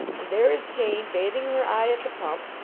and there is jane, bathing her eye at the pump.